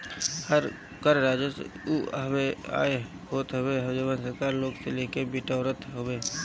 कर राजस्व उ आय होत हवे जवन सरकार लोग से लेके बिटोरत हवे